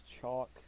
chalk